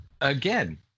again